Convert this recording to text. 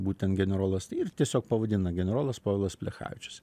būtent generolas tai ir tiesiog pavadina generolas povilas plechavičius